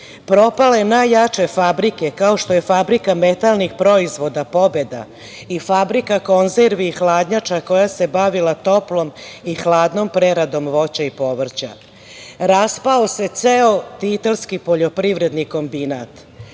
propale su najjače fabrike, kao što je Fabrika metalnih proizvoda „Pobeda“ i Fabrika konzervi i hladnjača, koja se bavila toplom i hladnom preradom voća i povrća, raspao se ceo Titelski poljoprivredni kombinat,